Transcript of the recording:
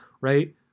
right